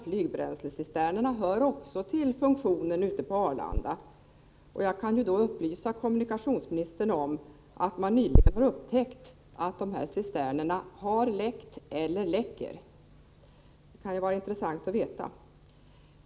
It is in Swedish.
Flygbränslecisternerna hör också till funktionerna ute på Arlanda. Jag kan upplysa kommunikationsministern om att man nyligen har upptäckt att de här cisternerna har läckt eller läcker. Det kan vara intressant att veta.